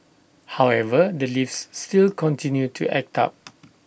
however the lifts still continue to act up